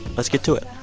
let's get to it.